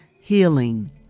healing